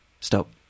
Stop